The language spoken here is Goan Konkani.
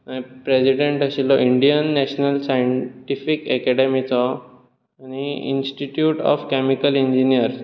प्रेसिडेंट आशिल्लो इंडियन नेशनल साइंटीफीक अकॅदमीचो आनी इन्स्टीट्यूट ऑफ कॅमिकल इंजिनीयर